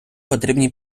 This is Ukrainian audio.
потрібні